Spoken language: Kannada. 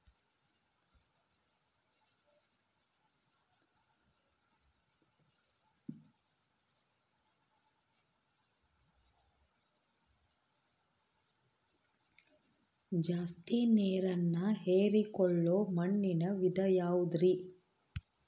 ಜಾಸ್ತಿ ನೇರನ್ನ ಹೇರಿಕೊಳ್ಳೊ ಮಣ್ಣಿನ ವಿಧ ಯಾವುದುರಿ?